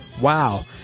Wow